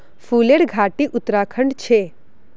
फूलेर घाटी उत्तराखंडत छे